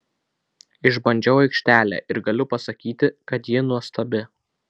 išbandžiau aikštelę ir galiu pasakyti kad ji nuostabi